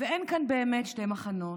ואין כאן באמת שני מחנות